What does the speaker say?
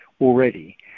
already